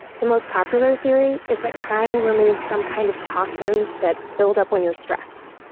the most popular theory is that crying removes some kind of toxins that build up when you're stressed.